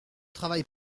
travail